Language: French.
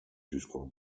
jusqu’en